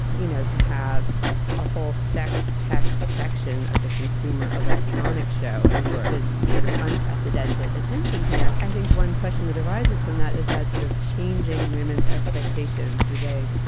you know, to have a whole sex text section of the consumer electronics show. i mean, it is sort of unprecedented attention here. i think one question that arises from that is that sort of changing women's expectations today.